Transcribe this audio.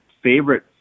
favorite